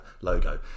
logo